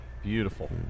Beautiful